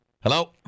hello